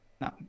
No